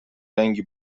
رنگی